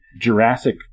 Jurassic